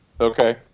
Okay